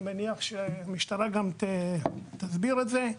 אני מניח שהמשטרה גם תסביר את זה.